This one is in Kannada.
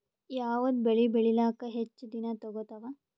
ಯಾವದ ಬೆಳಿ ಬೇಳಿಲಾಕ ಹೆಚ್ಚ ದಿನಾ ತೋಗತ್ತಾವ?